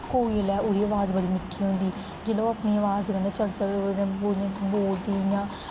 कोयल ऐ ओह्दी अवाज बड़ी मिट्ठी होंदी जेल्लै ओह् अपनी अवाज़ कन्नै चल चल बोलदी इ'यां